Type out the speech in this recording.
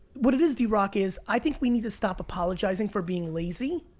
what it is, d rock, is i think we need to stop apologizing for being lazy,